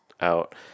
out